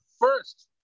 first